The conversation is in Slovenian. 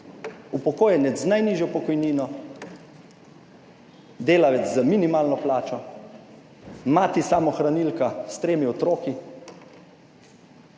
upokojenec z najnižjo pokojnino, delavec z minimalno plačo, mati samohranilka s tremi otroki